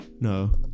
No